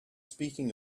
speaking